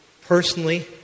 personally